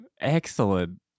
Excellent